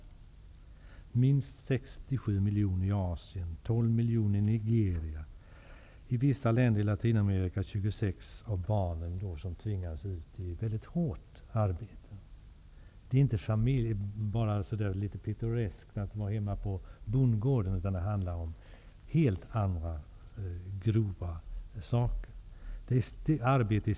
Det finns minst 6--7 miljoner i Asien, 12 miljoner i Nigeria och i vissa länder i Latinamerika 26 miljoner barn, som tvingas ut i hårt arbete. Det är inte fråga om att vara hemma på bondgården, litet pittoreskt.